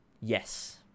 Yes